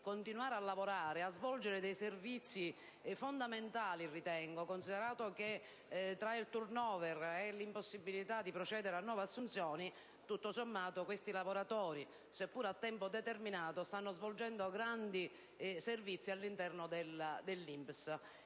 continuare a lavorare e a svolgere dei servizi fondamentali. Tra il *turnover* e la impossibilità di procedere a nuove assunzioni, tutto sommato questi lavoratori, seppure a tempo determinato, stanno svolgendo un importante ruolo all'interno dell'INPS.